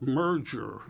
merger